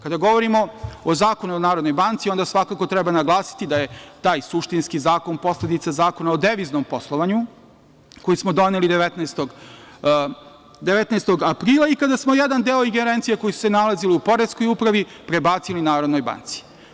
Kada govorimo o Zakonu o Narodnoj banci, onda svakako treba naglasiti da je taj suštinski zakon posledica Zakona o deviznom poslovanju, koji smo doneli 19. aprila i kada smo jedan ingerencija koje su se nalazile u poreskoj upravi prebacili Narodnoj banci.